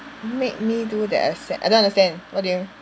make me do that except I don't understand what do you